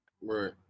Right